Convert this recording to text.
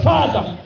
Father